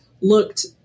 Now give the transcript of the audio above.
looked